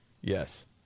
Yes